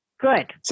good